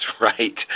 right